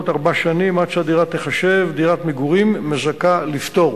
ארבע שנים עד שהדירה תיחשב לדירת מגורים מזכה לפטור.